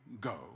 go